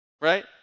right